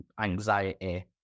anxiety